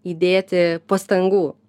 įdėti pastangų